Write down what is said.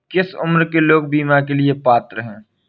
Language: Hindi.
किस उम्र के लोग बीमा के लिए पात्र हैं?